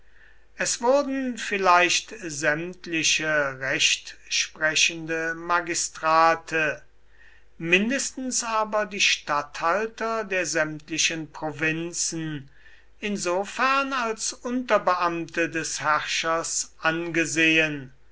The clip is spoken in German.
es wurden vielleicht sämtliche rechtsprechende magistrate mindestens aber die statthalter der sämtlichen provinzen insofern als unterbeamte des herrschers angesehen